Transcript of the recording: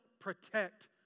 protect